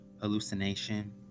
Hallucination